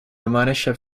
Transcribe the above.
romanische